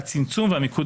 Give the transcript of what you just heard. הצמצום והמיקוד,